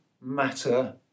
matter